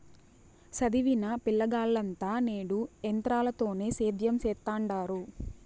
సదివిన పిలగాల్లంతా నేడు ఎంత్రాలతోనే సేద్యం సెత్తండారు